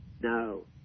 No